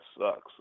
sucks